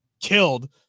killed